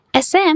sm